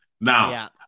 Now